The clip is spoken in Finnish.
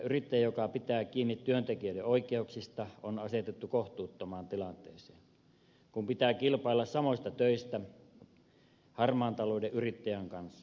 yrittäjä joka pitää kiinni työntekijöiden oikeuksista on asetettu kohtuuttomaan tilanteeseen kun pitää kilpailla samoista töistä harmaan talouden yrittäjän kanssa